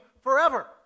forever